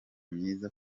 myiza